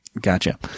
Gotcha